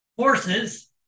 Forces